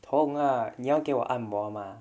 痛 ah 你要给我按摩吗